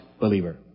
believer